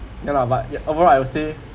ya lah but it overall I would say